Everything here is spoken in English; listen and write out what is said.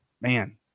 man